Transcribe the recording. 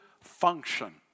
function